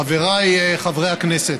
חבריי חברי הכנסת,